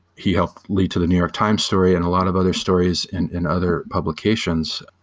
he helped lead to the new york times story and a lot of other stories in in other publications,